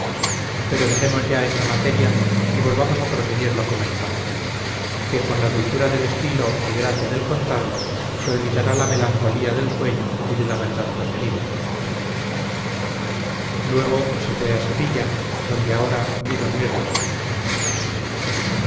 pero dejemos ya esta materia y volvamos a proseguir lo comenzado que con la dulzura del estilo y gracia del contarlo se olvidará la melancolía del sueño y de la verdad referida luego se fue a sevilla donde ahora vive muy recogido